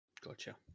Gotcha